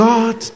God